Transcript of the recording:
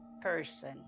person